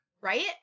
Right